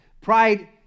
Pride